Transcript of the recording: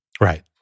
Right